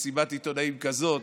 מסיבת עיתונאים כזאת,